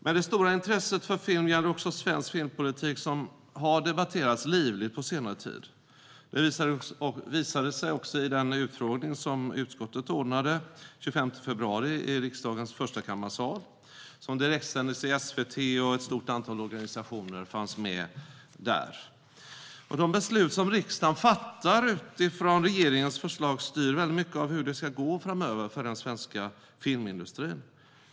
Men det stora intresset för film gäller också svensk filmpolitik, som har debatterats livligt på senare tid. Det visade sig också under den utfrågning som utskottet ordnade i riksdagens förstakammarsal den 25 februari. Utfrågningen direktsändes i SVT, och ett stort antal organisationer inom svensk film var med. De beslut riksdagen fattar utifrån regeringens förslag styr väldigt mycket hur det ska gå för den svenska filmindustrin framöver.